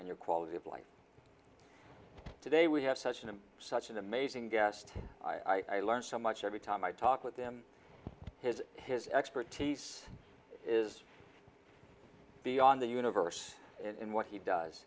and your quality of life today we have such and such an amazing guest i learned so much every time i talk with them his his expertise is beyond the universe in what he does